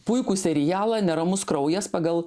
puikų serialą neramus kraujas pagal